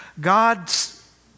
God's